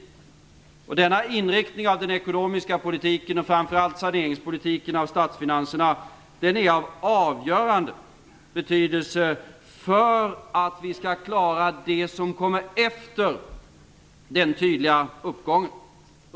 Denna inriktning av den ekonomiska politiken och framför allt politiken för sanering av statsfinanserna är av avgörande betydelse för att vi skall klara det som kommer efter den tydliga uppgången.